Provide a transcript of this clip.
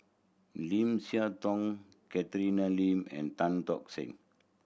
Lim Siah Tong Catherine Lim and Tan Tock Seng